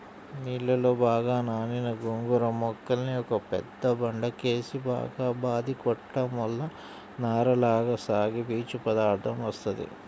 నీళ్ళలో బాగా నానిన గోంగూర మొక్కల్ని ఒక పెద్ద బండకేసి బాగా బాది కొట్టడం వల్ల నారలగా సాగి పీచు పదార్దం వత్తది